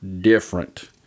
different